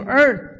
earth